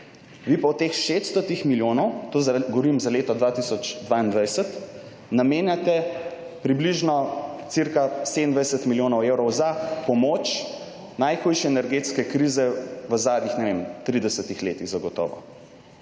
vi pa v teh 600 milijonov, to govorim za leto 2022, namenjate približno cca 27 milijonov evrov za pomoč najhujše energetske krize v zadnjih, ne vem, 30 letih zagotovo.